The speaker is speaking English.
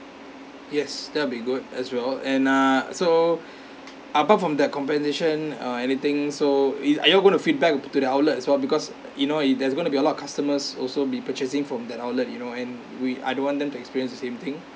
yes that'll be good as well and ah so apart from that compensation uh anything so it are you going to feedback to the outlet as well because you know it there's going to be a lot of customers also be purchasing from that outlet you know and we I don't want them to experience the same thing